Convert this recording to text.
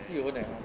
sad